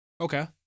Okay